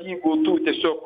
jeigu tu tiesiog